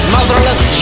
Motherless